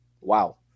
Wow